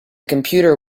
computer